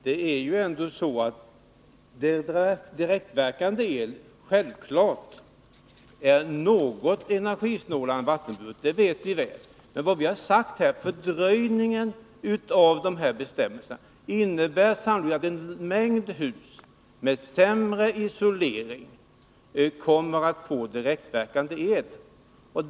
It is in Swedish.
Herr talman! Vi vet att direktverkande el är något energisnålare än ett vattenburet system. Vad vi har sagt är att fördröjningen av bestämmelsernas ikraftträdande sannolikt innebär att en mängd hus med sämre isolering kommer att få direktverkande el.